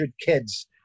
kids